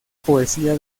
poesía